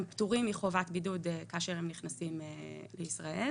פטורים מחובת בידוד כאשר הם נכנסים לישראל.